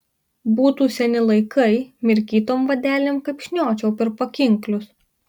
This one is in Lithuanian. būtų seni laikai mirkytom vadelėm kaip šniočiau per pakinklius